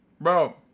Bro